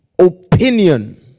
opinion